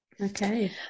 Okay